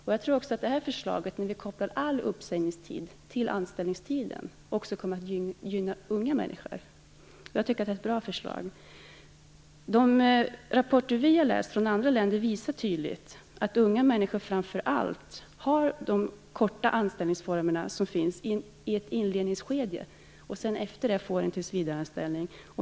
Men jag tror att det här förslaget där vi kopplar all uppsägningstid till anställningstiden också kommer att gynna unga människor. Jag tycker att det är ett bra förslag. De rapporter från andra länder som vi har läst visar att unga människor framför allt under ett inledningsskede har de korta anställningsformer som finns. Efter det får de en tillsvidareanställning.